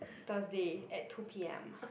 Thursday at two P M